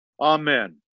Amen